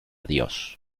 dios